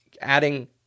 adding